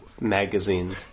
magazines